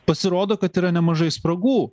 pasirodo kad yra nemažai spragų